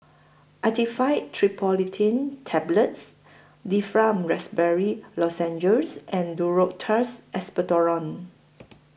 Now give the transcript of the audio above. Actifed Triprolidine Tablets Difflam Raspberry Lozenges and Duro Tuss Expectorant